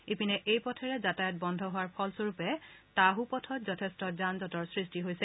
ইপিনে এই পথেৰে যাতায়াত বন্ধ হোৱাৰ ফলস্বৰূপে টাহ পথত যথেষ্ট যান জটৰ সৃষ্টি হৈছে